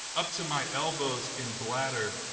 up to my elbows in bladder,